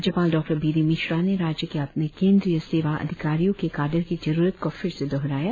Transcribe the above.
राज्यपाल B D Mishra ने राज्य में अपने केंद्रीय सेवा अधिकारियों के काडर की जरुरत को फिर से दोहराया